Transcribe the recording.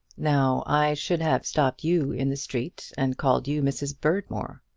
now, i should have stopped you in the street and called you mrs. berdmore.